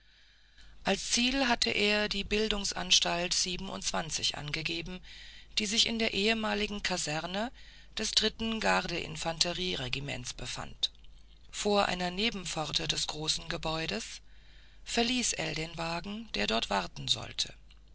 als ziel hatte er die bildungsanstalt siebenundzwanzig angegeben die sich in der ehemaligen kaserne des dritten garde infanterieregiments befand vor einer nebenpforte des großen gebäudes verließ ell den wagen der dort warten sollte